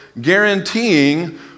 guaranteeing